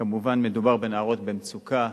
כמובן, מדובר בנערות במצוקה,